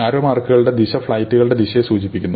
ആരോ മാർക്കുകളുടെ ദിശ ഫ്ലൈറ്റുകളുടെ ദിശയെ സൂചിപ്പിക്കുന്നു